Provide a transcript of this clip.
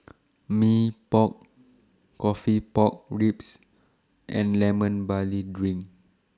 Mee Pok Coffee Pork Ribs and Lemon Barley Drink